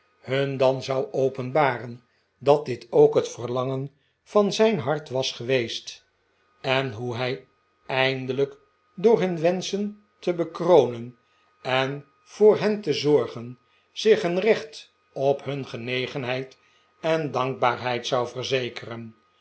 hun dan zou openbaren dat dit ook het verlangen van zijn hart was geweest en hoe hij eindelijk door hun wenschen te bekronen en voor hen te zorgen zich een recht op hun genegenheid en dankbaarheid zou verzekeren